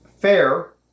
Fair